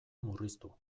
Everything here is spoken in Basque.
murriztu